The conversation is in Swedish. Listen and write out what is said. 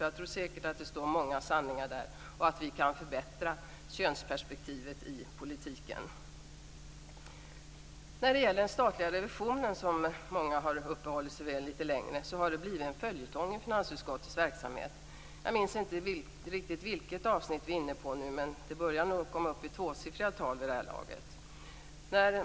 Jag tror säkert att det står många sanningar där och att vi kan förbättra könsperspektivet i politiken. Den statliga revisionen, som många har uppehållit sig litet längre vid, har blivit en följetong i finansutskottets verksamhet. Jag minns inte riktigt vilket avsnitt vi är inne på nu, men det börjar nog komma upp i tvåsiffriga tal vid det här laget.